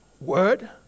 word